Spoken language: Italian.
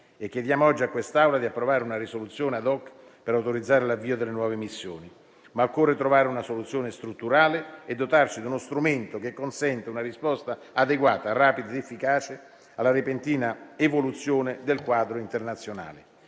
chiediamo oggi a quest'Assemblea di approvare una risoluzione *ad hoc* per autorizzare l'avvio delle nuove missioni. Occorre però trovare una soluzione strutturale e dotarci di uno strumento che consenta una risposta adeguata, rapida ed efficace alla repentina evoluzione del quadro internazionale.